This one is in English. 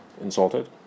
insulted